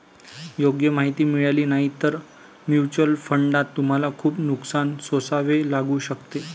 योग्य माहिती मिळाली नाही तर म्युच्युअल फंडात तुम्हाला खूप नुकसान सोसावे लागू शकते